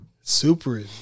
Super